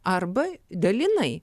arba dalinai